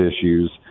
issues